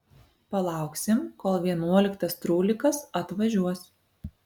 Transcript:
palauksim kol vienuoliktas trūlikas atvažiuos